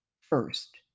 First